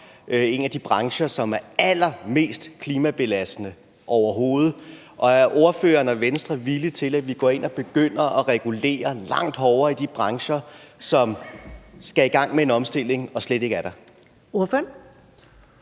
en af de brancher, som er allermest klimabelastende overhovedet. Og er ordføreren og Venstre villig til, at vi begynder at gå ind og regulerer langt hårdere i de brancher, som skal i gang med en omstilling, og som slet ikke er i gang?